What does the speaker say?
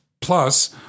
plus